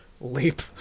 leap